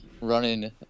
running